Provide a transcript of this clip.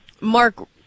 Mark